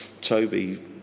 Toby